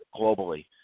globally